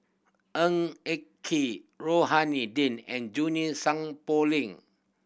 Ng Eng Kee Rohani Din and Junie Song Poh Ling